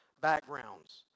backgrounds